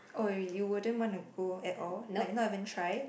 oh you wouldn't wanna go at all like not even try